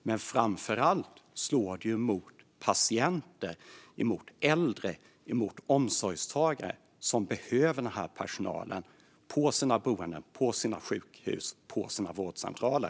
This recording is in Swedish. Men framför allt slår det mot patienter, mot äldre och mot omsorgstagare som behöver personalen på sina boenden, sjukhus och vårdcentraler.